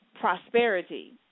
prosperity